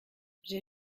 j’ai